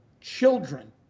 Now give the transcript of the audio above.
children